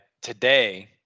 today